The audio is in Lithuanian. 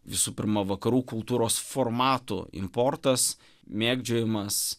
visų pirma vakarų kultūros formatų importas mėgdžiojimas